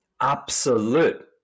absolute